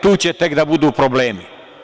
Tu će tek da budu problemi.